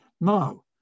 Now